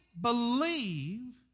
believe